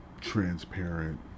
transparent